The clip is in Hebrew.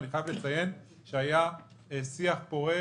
ואני חייב לציין שהיה שיח פורה,